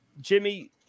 Jimmy